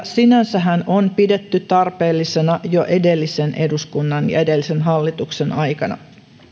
sinänsä on pidetty tarpeellisena jo edellisen eduskunnan ja edellisen hallituksen aikana